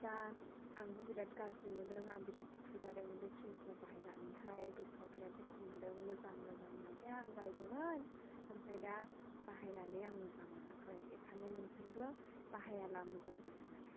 दा आंबो बिराद गाज्रि मोनदों आं बिराद दुखु जादों बे क्रिम खौ बाहायनानै गोसोआव बिराद दुखु मोनदों मोजां मोजां होननायखाय आं बायदोंमोन ओमफ्राय दा बाहायनानै आं मोजां मोनाखै बेनिखायनो नोंसोरबो बाहायाब्ला मोजां जागोन आरो